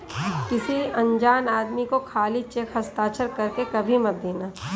किसी अनजान आदमी को खाली चेक हस्ताक्षर कर के कभी मत देना